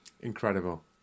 Incredible